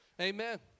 amen